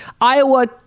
Iowa